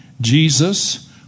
Jesus